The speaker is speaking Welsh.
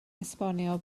esbonio